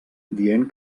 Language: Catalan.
dient